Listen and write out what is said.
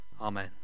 Amen